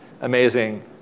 amazing